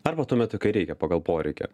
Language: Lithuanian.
arba tuo metu kai reikia pagal poreikį